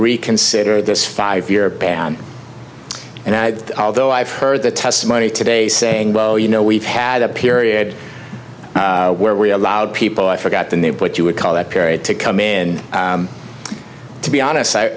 reconsider this five year ban and i know i've heard the testimony today saying well you know we've had a period where we allowed people i forgot the name what you would call that period to come in to be honest